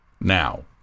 now